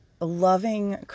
loving